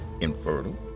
infertile